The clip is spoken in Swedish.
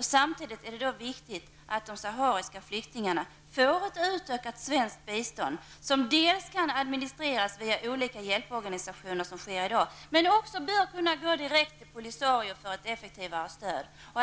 Samtidigt är det viktigt att de sahariska flyktingarna får ett utökat svenskt bistånd, som dels kan administreras via olika hjälporganisationer, som sker i dag, dels bör kunna gå direkt till Polisario för ett effektivare stöd.